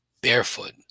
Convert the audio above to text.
barefoot